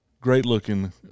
Great-looking